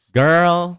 girl